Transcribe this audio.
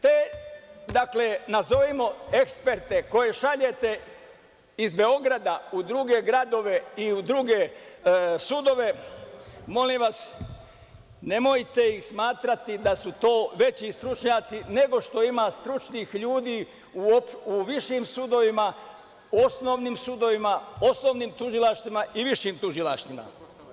Te nazovimo eksperte koje šaljete iz Beograda u druge gradove i u druge sudove, molim vas, nemojte ih smatrati da su to veći stručnjaci nego što ima stručnih ljudi u višim sudovima, osnovnim sudovima, osnovnim tužilaštvima i višim tužilaštvima.